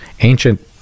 ancient